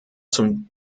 zum